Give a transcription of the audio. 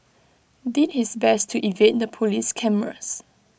did his best to evade the Police cameras